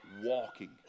walking